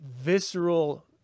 visceral